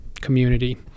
community